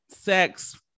sex